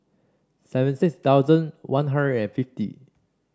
seventy six thousand One Hundred and fifty